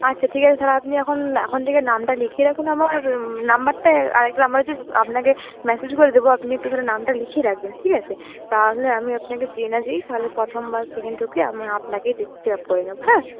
আচ্ছা ঠিক আছে তাহলে আপনি এখন এখন থেকে নামটা লিখিয়ে রাখুন আমার নাম্বারটায় আরেকটা একটা নাম্বার আপনাকে মেসেজ করে দেবো আপনি একটু তাহলে নামটা লিখিয়ে রাখবেন ঠিক আছে তাহলে আমি আপনাকে যেয়ে না যেয়েই তাহলে প্রথম বা সেকেন্ড ঢুকে আমি আপনাকে চেক আপ করে নেবো হ্যাঁ